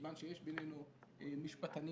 כיון שיש בינינו פה משפטנים,